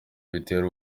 bitera